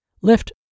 Lift